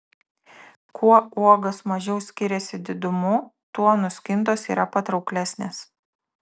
kuo uogos mažiau skiriasi didumu tuo nuskintos yra patrauklesnės